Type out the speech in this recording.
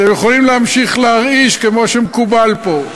אתם יכולים להמשיך להרעיש, כמו שמקובל פה.